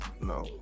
No